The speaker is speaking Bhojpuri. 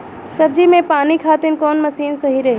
सब्जी में पानी खातिन कवन मशीन सही रही?